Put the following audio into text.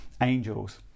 angels